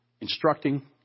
instructing